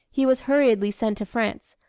he was hurriedly sent to france,